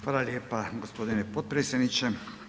Hvala lijepa gospodine potpredsjedniče.